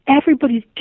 everybody's